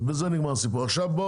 עד היום,